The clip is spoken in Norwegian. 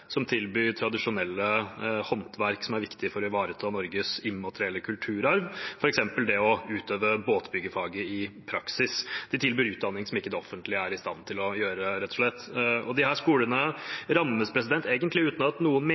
som tilbyr tradisjonelle håndverk som er viktige for å ivareta Norges immaterielle kulturarv – f.eks. å utøve båtbyggerfaget i praksis. De tilbyr utdanning som det offentlige ikke er i stand til å tilby, rett og slett. Disse skolene rammes, egentlig uten at noen